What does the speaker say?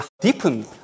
deepen